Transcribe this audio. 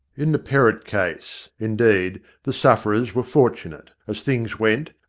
in the perrott case, indeed, the sufferers were fortunate, as things went.